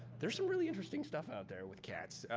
there's some really interesting stuff out there with cats.